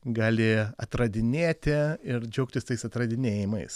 gali atradinėti ir džiaugtis tais atradinėjimais